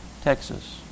Texas